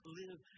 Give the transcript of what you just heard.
live